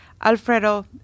Alfredo